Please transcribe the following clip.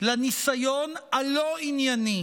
לניסיון הלא-ענייני